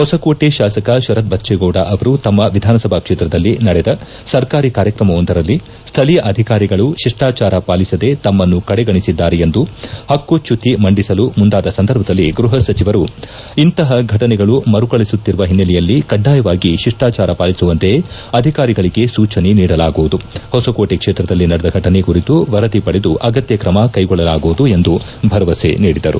ಹೊಸಕೋಟೆ ಶಾಸಕ ಶರತ್ ಬಚ್ಚೇಗೌಡ ಅವರು ತಮ್ಮ ವಿಧಾನಸಭಾ ಕ್ಷೇತ್ರದಲ್ಲಿ ನಡೆದ ಸರ್ಕಾರಿ ಕಾರ್ಯಕ್ರಮವೊಂದರಲ್ಲಿ ಸ್ಥಳೀಯ ಅಧಿಕಾರಿಗಳು ಶಿಷ್ಠಾಚಾರ ಪಾಲಿಸದ ತಮ್ನನ್ನು ಕಡೆಗಣಿಸಿದ್ದಾರೆ ಎಂದು ಹಕ್ಕುಚ್ಚುತಿ ಮಂಡಿಸಲು ಮುಂದಾದ ಸಂದರ್ಭದಲ್ಲಿ ಗೃಪ ಸಚಿವರು ಇಂತಪ ಫಟನೆಗಳು ಮರುಕಳಸುತ್ತಿರುವ ಹಿನ್ನೆಲೆಯಲ್ಲಿ ಕಡ್ಡಾಯವಾಗಿ ಶಿಷ್ಠಾಚಾರ ಪಾಲಿಸುವಂತೆ ಅಧಿಕಾರಿಗಳಿಗೆ ಸೂಚನೆ ನೀಡಲಾಗುವುದು ಹೊಸಕೋಟೆ ಕ್ಷೇತ್ರದಲ್ಲಿ ನಡೆದ ಘಟನೆ ಕುರಿತು ವರದಿ ಪಡೆದು ಅಗತ್ಯ ಕ್ರಮ ಕೈಗೊಳ್ಳಲಾಗುವುದು ಎಂದು ಭರವಸೆ ನೀಡಿದರು